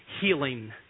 healing